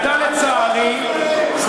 ואתה, לצערי, על 13 ערים ורשויות.